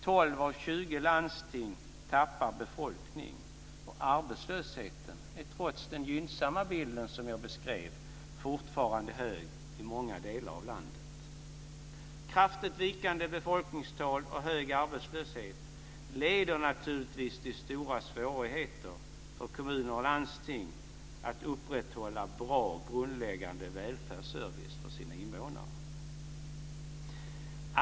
12 av 20 landsting tappar befolkning. Och arbetslösheten är, trots den gynnsamma bild som jag beskrev, fortfarande hög i många delar av landet. Kraftigt vikande befolkningstal och hög arbetslöshet leder naturligtvis till stora svårigheter för kommuner och landsting att upprätthålla bra, grundläggande välfärdsservice för sina invånare.